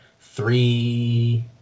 three